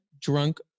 drunk